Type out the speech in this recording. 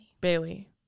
bailey